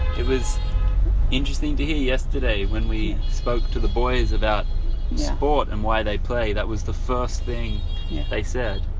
it was interesting to hear yesterday when we spoke to the boys about sport and why they play, that was the first thing they said,